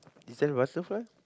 is that butterfly